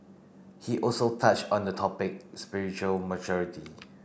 he also touched on the topic spiritual maturity